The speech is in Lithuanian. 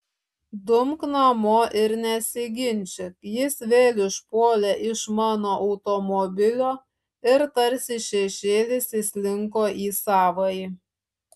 dumk namo ir nesiginčyk jis vėl išpuolė iš mano automobilio ir tarsi šešėlis įslinko į savąjį